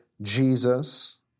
Jesus